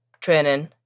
training